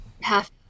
half